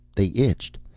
they itched.